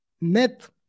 net